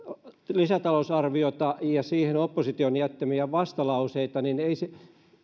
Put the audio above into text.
lisätalousarviota ja opposition siihen jättämiä vastalauseita niin